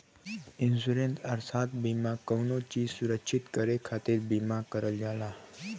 insurance अर्थात बीमा कउनो चीज सुरक्षित करे खातिर बीमा करल जाला